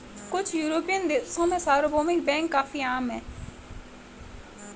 कुछ युरोपियन देशों में सार्वभौमिक बैंक काफी आम हैं